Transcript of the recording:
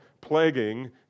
plaguing